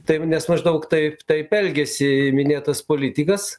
taip nes maždaug taip taip elgiasi minėtas politikas